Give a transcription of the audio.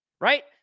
Right